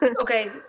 okay